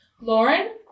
lauren